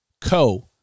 Co